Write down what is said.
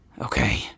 Okay